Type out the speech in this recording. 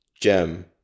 gem